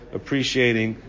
appreciating